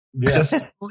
Yes